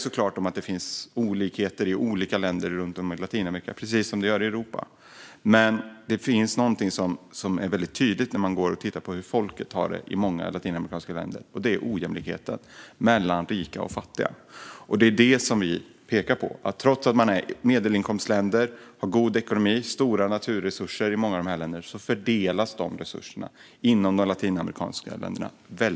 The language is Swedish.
Såklart finns det olikheter mellan länderna runt om i Latinamerika, precis som det gör i Europa. Men det finns också något som blir väldigt tydligt när man tittar på hur folket har det i många latinamerikanska länder, och det är ojämlikhet mellan rika och fattiga. Det är det vi pekar på. Trots att många av dessa länder är medelinkomstländer som har god ekonomi och stora naturtillgångar fördelas resurserna väldigt ojämlikt inom länderna.